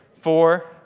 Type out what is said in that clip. four